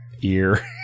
ear